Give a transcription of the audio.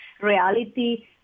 reality